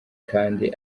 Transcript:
kandi